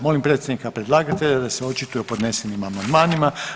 Molim predstavnika predlagatelja da se očituje o podnesenim amandmanima.